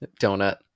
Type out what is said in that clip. Donut